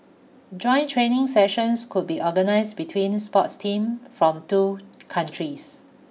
joint training sessions could be organized between sports team from two countries